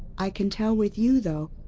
i can tell with you, though.